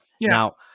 Now